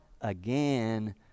again